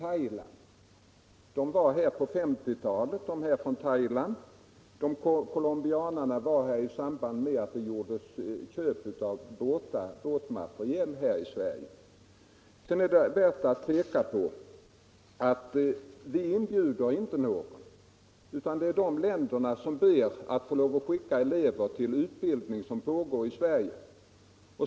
Thailändarna var här på 1950-talet. Colombianerna var här i samband med att det gjordes köp av båtmateriel i Sverige. Det är värt att peka på att vi inte inbjuder någon, utan det är de andra länderna som ber att få skicka elever till utbildning som pågår i Sverige.